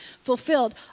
fulfilled